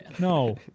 No